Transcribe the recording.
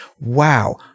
Wow